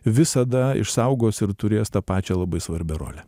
visada išsaugos ir turės tą pačią labai svarbią rolę